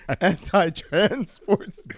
anti-transports